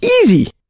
easy